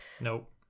Nope